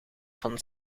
van